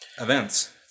events